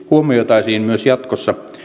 huomioitaisiin myös jatkossa